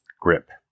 grip